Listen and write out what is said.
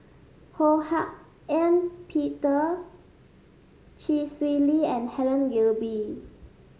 Ho Hak Ean Peter Chee Swee Lee and Helen Gilbey